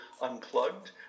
unplugged